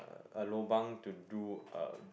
a lobang to do a